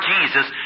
Jesus